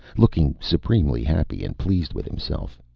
looking supremely happy and pleased with himself.